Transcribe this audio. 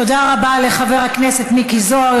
תודה רבה לחבר הכנסת מיקי זוהר,